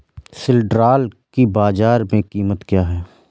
सिल्ड्राल की बाजार में कीमत क्या है?